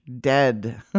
dead